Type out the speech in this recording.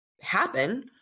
happen